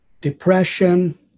depression